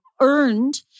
earned